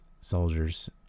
soldiers